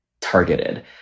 targeted